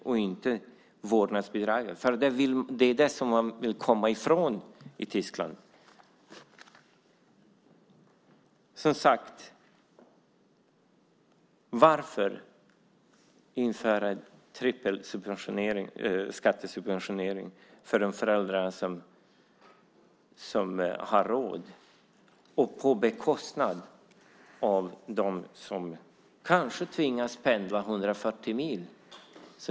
I Tyskland vill man komma bort från vårdnadsbidraget. Varför införa en trippel skattesubventionering för de föräldrar som har råd på bekostnad av dem som kanske tvingas pendla 140 mil?